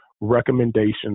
recommendations